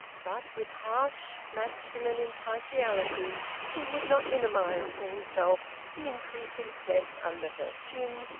but with harsh masculine impartiality he would not minimise to himself the increasing cleft under her chin,